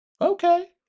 Okay